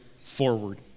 forward